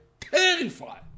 terrified